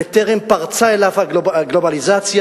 בטרם פרצה אליו הגלובליזציה,